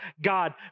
God